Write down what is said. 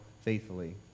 faithfully